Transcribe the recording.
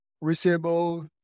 receivable